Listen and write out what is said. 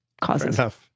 causes